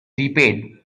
repaid